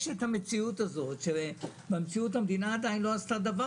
יש את המציאות שהמדינה עדיין לא עשתה דבר